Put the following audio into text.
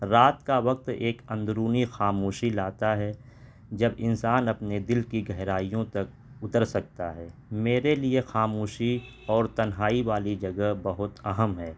رات کا وقت ایک اندرونی خاموشی لاتا ہے جب انسان اپنے دل کی گہرائیوں تک اتر سکتا ہے میرے لیے خاموشی اور تنہائی والی جگہ بہت اہم ہے